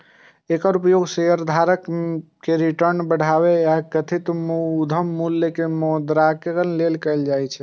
एकर उपयोग शेयरधारक के रिटर्न बढ़ाबै आ कथित उद्यम मूल्य के मौद्रीकरण लेल कैल जाइ छै